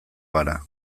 gara